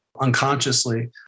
unconsciously